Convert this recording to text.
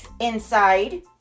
inside